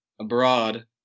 abroad